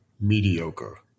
mediocre